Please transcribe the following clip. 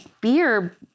beer